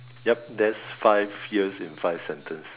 yup that's five years in five sentence